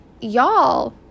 y'all